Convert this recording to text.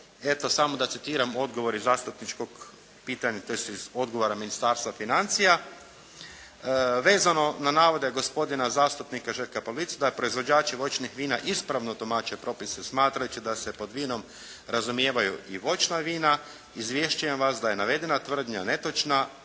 Eto, samo da citiram odgovor iz zastupničkog pitanja tj. iz odgovora Ministarstva financija: "Vezano na navode gospodina zastupnika Željka Pavlica da proizvođači voćnih vina ispravno tumače propise smatrajući da se pod vinom razumijevaju i voćna vina izvješćujem vas da je navedena tvrdnja netočna